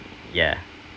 yeah